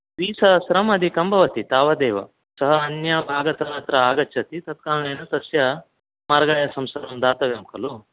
द्विसहस्रम् अधिकं भवति तावदेव सः अन्यभागतः अत्र आगच्छति तद् कारणेन तस्य मार्गायासं सर्वं दातव्यं खलु